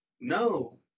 No